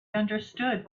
understood